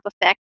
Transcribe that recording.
effect